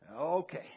Okay